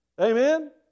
Amen